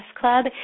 Club